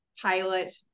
pilot